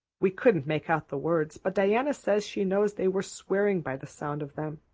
we couldn't make out the words but diana says she knows they were swearing by the sound of them.